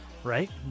right